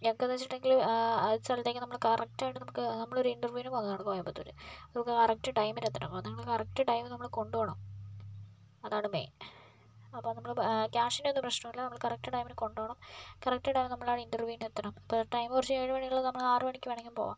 എപ്പോഴെന്ന് വച്ചിട്ടുണ്ടെങ്കില് അയച്ചാല് നമ്മള് കറക്റ്റായിട്ട് നമുക്ക് നമ്മളൊരു ഇൻ്റെർവ്യൂവിന് പോകുന്നതാണ് കോയമ്പത്തൂര് അപ്പോൾ കറക്ട് ടൈമിന് എത്തണം അതുകൊണ്ട് കറക്ട് ടൈമിന് നമ്മളെ കൊണ്ടുപോകണം അതാണ് മെയിൻ അപ്പോൾ നമ്മള് കാശിൻ്റെ ഒന്നും പ്രശ്നല്ല കറക്ട് ടൈമിന് കൊണ്ടുപോകണം കറക്ട് ടൈമിന് നമ്മളവിടെ ഇൻ്റെർവ്യൂവിന് എത്തണം അപ്പോൾ ടൈം കുറച്ച് ഏഴ് മണി എന്നുള്ളത് നമ്മള് ആറ് മണിക്ക് വേണമെങ്കിലും പോകാം